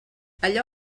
allò